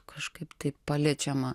kažkaip taip paliečiama